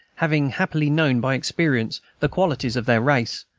having happily known, by experience, the qualities of their race,